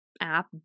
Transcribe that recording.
app